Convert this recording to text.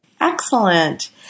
Excellent